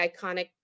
iconic